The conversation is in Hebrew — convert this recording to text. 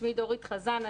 שמי דורית חזן,